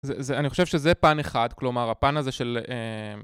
אני חושב שזה פן אחד, כלומר הפן הזה של...